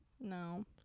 No